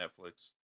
netflix